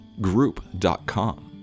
group.com